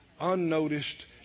unnoticed